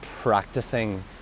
practicing